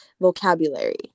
vocabulary